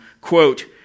quote